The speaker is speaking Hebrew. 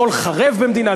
הכול חרב במדינה,